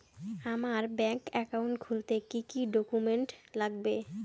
আমার bank account খুলতে কি কি ডকুমেন্ট লাগবে?